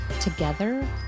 together